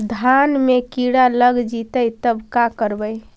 धान मे किड़ा लग जितै तब का करबइ?